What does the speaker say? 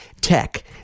tech